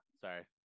sorry